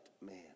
man